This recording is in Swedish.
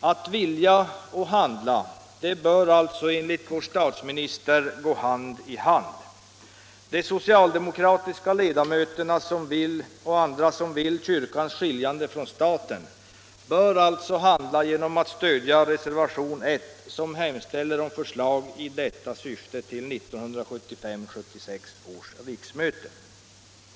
Att vilja och handla bör alltså enligt vår statsminister gå hand i hand. De socialdemokratiska ledamöterna och andra som vill kyrkans skiljande från staten bör alltså handla genom att stödja reservationen I som hemställer om förslag i detta syfte till 1975/76 års riksmöte.